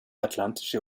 atlantische